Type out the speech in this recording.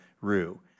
Rue